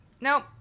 nope